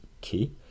key